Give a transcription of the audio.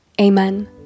Amen